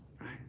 Right